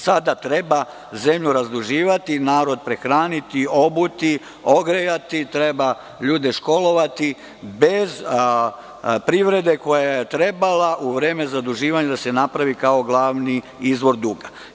Sada treba zemlju razduživati, narod prehraniti, obuti, ogrejati, treba ljude školovati bez privrede koja je trebala u vreme zaduživanja da se napravi kao glavni izvor duga.